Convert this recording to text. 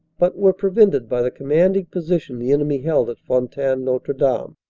but were prevented by the commanding position the enemy held at fontaine-notre-dame.